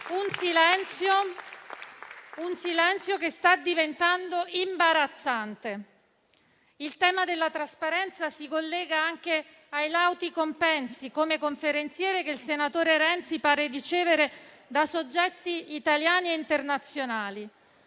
Un silenzio che sta diventando imbarazzante. Il tema della trasparenza si collega anche ai lauti compensi come conferenziere che il senatore Renzi pare ricevere da soggetti italiani e internazionali: